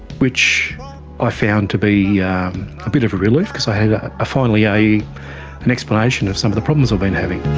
which i found to be yeah a bit of a relief because i had ah finally an explanation of some of the problems i've been having.